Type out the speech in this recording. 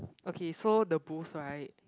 okay so the booth right